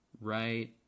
right